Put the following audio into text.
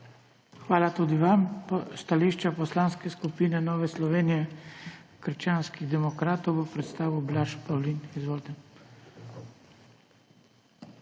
Hvala tudi vam. Stališče Poslanske skupine Nove Slovenije – krščanski demokrati bo predstavil Blaž Pavlin. Izvolite.